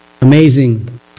Amazing